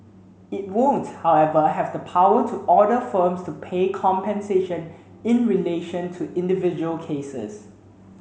it won't however have the power to order firms to pay compensation in relation to individual cases